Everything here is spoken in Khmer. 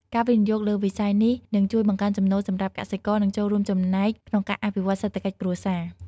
ការវិនិយោគលើវិស័យនេះនឹងជួយបង្កើនចំណូលសម្រាប់កសិករនិងចូលរួមចំណែកក្នុងការអភិវឌ្ឍសេដ្ឋកិច្ចគ្រួសារ។